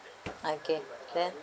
okay can